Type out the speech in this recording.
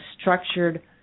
structured